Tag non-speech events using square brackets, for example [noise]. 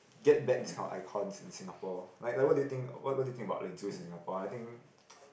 get back this kind of icons in Singapore like what what what do you think what what do you think about the zoos in Singapore I think [noise]